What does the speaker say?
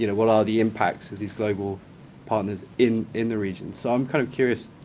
you know what are the impacts of these global partners in in the region? so i'm kind of curious.